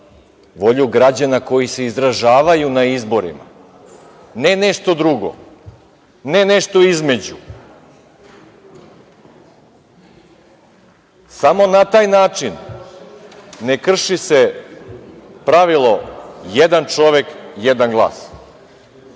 Volju građana koji se izražavaju na izborima. Ne nešto drugo. Ne nešto između. Samo na taj način ne krši se pravilo jedan čovek - jedan